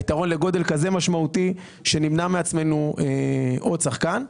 היתרון לגודל כזה משמעותי שנמנע מעצמנו עוד שחקן.